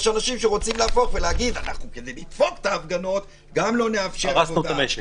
יש אנשים שכדי לדפוק את ההפגנות הם לא מאפשרים את העבודה.